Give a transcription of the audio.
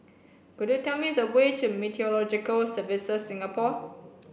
could you tell me the way to Meteorological Services Singapore